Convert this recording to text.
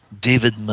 David